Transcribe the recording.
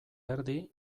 erdi